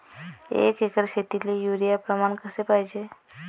एक एकर शेतीले युरिया प्रमान कसे पाहिजे?